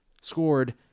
Scored